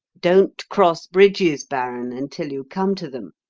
don't cross bridges, baron, until you come to them,